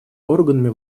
органами